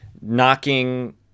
knocking